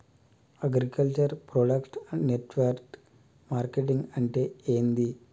Agriculture product network marketing అంటే ఏంది?